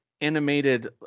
animated